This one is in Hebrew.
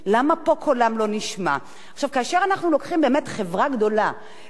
כאשר אנחנו לוקחים באמת חברה גדולה כמו חברת "כלל ביטוח",